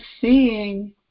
seeing